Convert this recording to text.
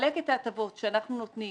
את ההטבות שאנחנו נותנים